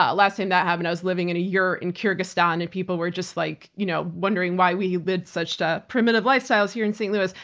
ah last time that happened i was living in a yurt in kyrgyzstan and people were just like you know wondering why we lived such ah primitive lifestyles here in st. louis.